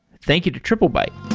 thank you to triplebyte